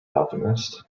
alchemist